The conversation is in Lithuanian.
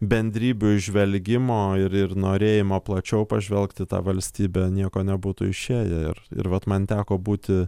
bendrybių įžvelgimo ir ir norėjimo plačiau pažvelgt tą valstybę nieko nebūtų išėję ir ir vat man teko būti